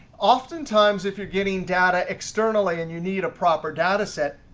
oftentimes, if you're getting data externally and you need a proper data set,